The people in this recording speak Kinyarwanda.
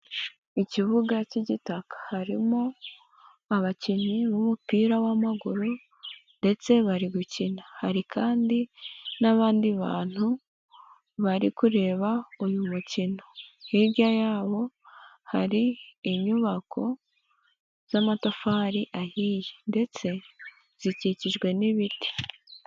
Mu kibuga k'igitaka harimo abakinnyi b'umupira w'amaguru, ndetse bari gukina hari kandi n'abandi bantu bari kureba uyu mukino, hirya yabo hari inyubako z'amatafari ahiye ndetse zikikijwe n'ibiti.